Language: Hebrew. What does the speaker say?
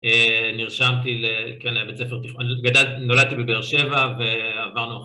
נרשמתי לכן לבית ספר, נולדתי בבאר שבע ועברנו אחר כך.